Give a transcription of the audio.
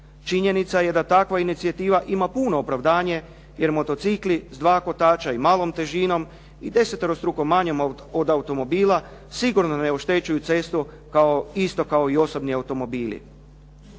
Činjenica je da takva inicijativa ima puno opravdanje jer motocikli s dva kotača i malom težinom i deseterostruko manjom od automobila sigurno ne oštećuju cestu isto kao i osobni automobili.